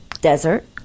Desert